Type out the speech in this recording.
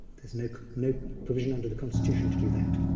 there's no no provision under the constitution to do that.